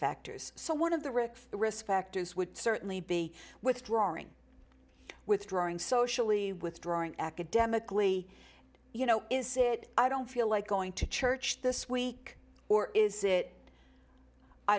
factors so one of the ricks risk factors would certainly be withdrawing withdrawing socially withdrawing academically you know is it i don't feel like going to church this week or is it i